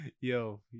yo